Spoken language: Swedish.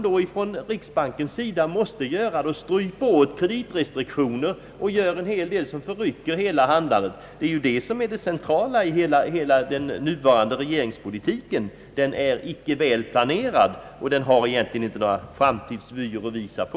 Då måste riksbanken strypa åt med kreditrestriktioner och en hel del annat, som förrycker handlandet. Det centrala i hela den nuvarande regeringspolitiken är att den icke är välplanerad och egentligen inte har några framtidsvyer att visa på.